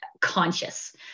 conscious